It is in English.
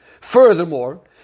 Furthermore